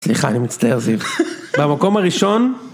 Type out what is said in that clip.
סליחה אני מצטער זיו, במקום הראשון.